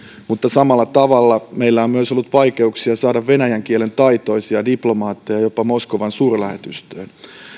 mutta samalla tavalla meillä on myös ollut vaikeuksia saada venäjän kielen taitoisia diplomaatteja jopa moskovan suurlähetystöön